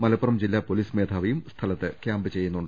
മലപ്പുറം ജില്ലാ പൊലീസ് മേധാവിയും സ്ഥലത്ത് ക്യാമ്പ് ചെയ്യുന്നുണ്ട്